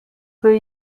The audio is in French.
peu